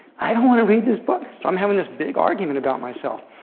i don't want to read this book. so i'm having this big argument about myself.